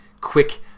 quick